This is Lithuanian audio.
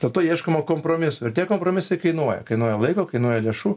dėl to ieškoma kompromisų ir tie kompromisai kainuoja kainuoja laiko kainuoja lėšų